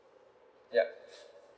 yup